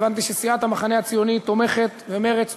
הבנתי שסיעת המחנה הציוני תומכת ומרצ תומכים,